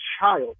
child